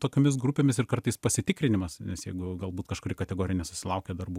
tokiomis grupėmis ir kartais pasitikrinimas nes jeigu galbūt kažkuri kategorija nesusilaukė darbų